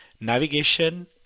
Navigation